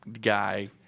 guy